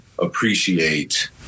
appreciate